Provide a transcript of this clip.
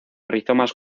rizomas